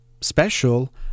special